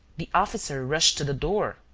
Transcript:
the officer rushed to the door,